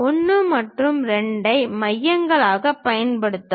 1 மற்றும் 2 ஐ மையங்களாகப் பயன்படுத்தவும்